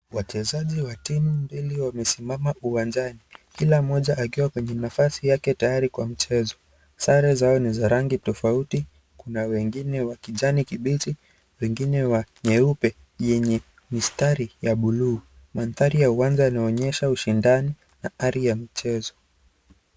Wachezaji wa timu mbili wamesimama uwanjani, kila mmoja akiwa kwenye nafasi yake tayari kwa mchezo, sare zao ni za rangi tofauti kuna wengine wa kijani kibichi wengine wa nyeupe yenye misitari ya bluu, mandari ya uwanja yanaonyesha ushindani na hali ya mchezo.